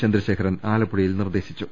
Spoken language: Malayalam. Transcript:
ചന്ദ്രശേഖരൻ ആലപ്പുഴയിൽ നിർദേശിച്ചു